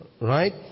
Right